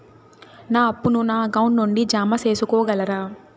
నా అప్పును నా అకౌంట్ నుండి జామ సేసుకోగలరా?